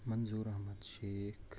Manzoor Ahmad Sheikh